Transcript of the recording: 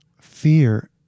Fear